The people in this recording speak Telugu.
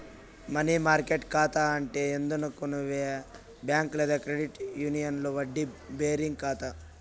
మనీ మార్కెట్ కాతా అంటే ఏందనుకునేవు బ్యాంక్ లేదా క్రెడిట్ యూనియన్ల వడ్డీ బేరింగ్ కాతా